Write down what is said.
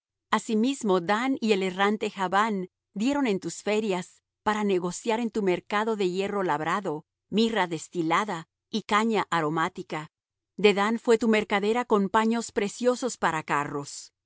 asimismo dan y el errante javán dieron en tus ferias para negociar en tu mercado de hierro labrado mirra destilada y caña aromática dedán fué tu mercadera con paños preciosos para carros